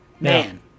man